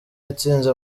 yatsinze